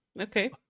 Okay